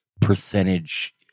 percentage